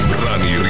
Brani